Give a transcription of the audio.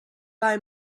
buy